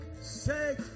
Say